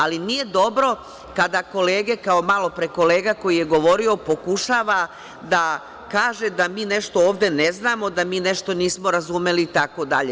Ali nije dobro ako malopre kolega koji je govorio pokušava da kaže da mi nešto ovde ne znamo, da mi nešto nismo razumeli itd.